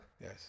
Yes